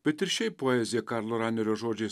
bet ir šiaip poezija karlo ranerio žodžiais